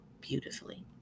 beautifully